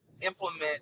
implement